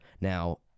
Now